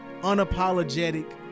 Unapologetic